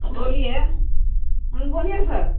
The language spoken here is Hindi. बोलिए हाँ बोलिए सर